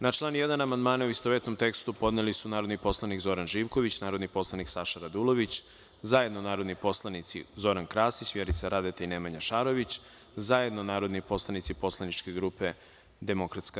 Na član 1. amandmane, u istovetnom tekstu, podneli narodni poslanik Zoran Živković, narodni poslanik Saša Radulović, zajedno narodni poslanici Zoran Krasić, Vjerica Radeta i Nemanja Šarović i zajedno narodni poslanici Poslaničke grupe DS.